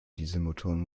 dieselmotoren